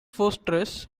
fortress